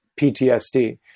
PTSD